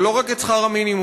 אבל לא רק את שכר המינימום.